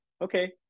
okay